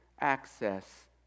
access